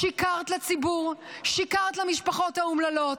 שיקרת לציבור, שיקרת למשפחות האומללות,